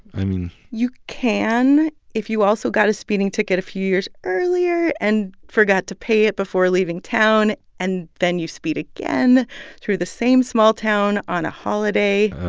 i mean. you can if you also got a speeding ticket a few years earlier and forgot to pay it before leaving town and then you speed again through the same small town on a holiday.